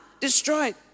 destroyed